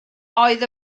oedd